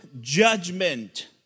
judgment